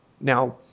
Now